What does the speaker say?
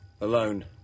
alone